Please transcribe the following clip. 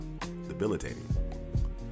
debilitating